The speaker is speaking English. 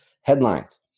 headlines